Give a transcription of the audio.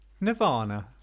Nirvana